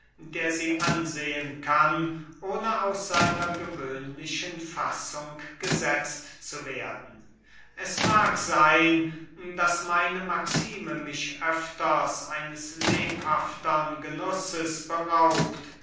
der sie ansehen kann ohne aus seiner gewöhnlichen fassung gesetzt zu werden es mag seyn daß meine maxime mich öfters eines lebhaftern genusses beraubt